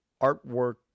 artwork